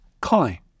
Kai